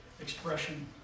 expression